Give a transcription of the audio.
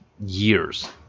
years